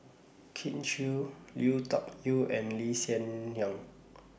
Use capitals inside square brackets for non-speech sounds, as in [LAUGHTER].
[NOISE] Kin Chui Lui Tuck Yew and Lee Hsien Yang